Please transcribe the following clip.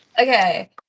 Okay